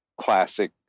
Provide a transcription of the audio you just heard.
classic